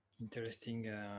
interesting